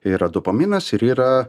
yra dopaminas ir yra